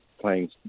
playing